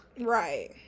Right